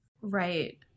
Right